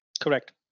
Correct